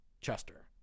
Chester